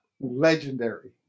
legendary